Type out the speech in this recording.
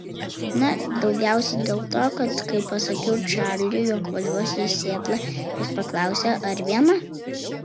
na daugiausiai dėl to kad kai pasakiau čarliui jog važiuosiu į sietlą jis paklausė ar viena